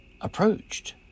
approached